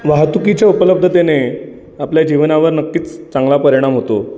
वाहतुकीच्या उपलब्धतेने आपल्या जीवनावर नक्कीच चांगला परिणाम होतो